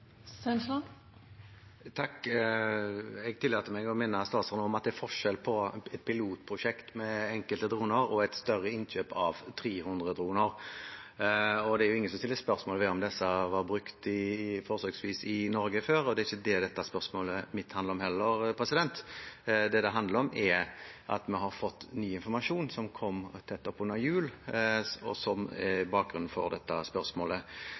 Jeg tillater meg å minne statsråden om at det er forskjell på et pilotprosjekt med enkelte droner og et større innkjøp av 300 droner. Det er ingen som stiller spørsmål ved om disse var brukt forsøksvis i Norge før, og det er ikke det spørsmålet mitt handler om heller. Det det handler om, er at vi har fått ny informasjon som kom tett oppunder jul. Det er bakgrunnen for dette spørsmålet.